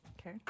Okay